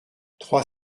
trois